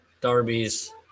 Darby's